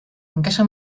encaixa